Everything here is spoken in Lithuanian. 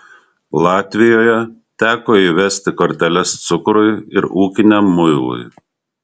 latvijoje teko įvesti korteles cukrui ir ūkiniam muilui